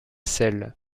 celle